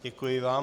Děkuji vám.